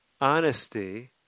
Honesty